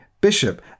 bishop